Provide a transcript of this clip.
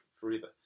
forever